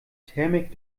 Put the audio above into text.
thermik